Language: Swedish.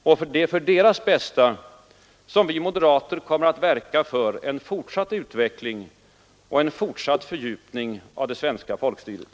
Det är för deras bästa som vi moderater kommer att verka för en fortsatt utveckling och en fortsatt fördjupning av det svenska folkstyret.